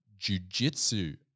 jujitsu